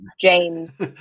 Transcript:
James